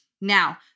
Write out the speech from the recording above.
Now